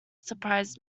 surprised